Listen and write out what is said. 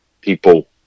people